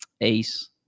Ace